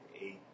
eight